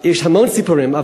יש המון סיפורים,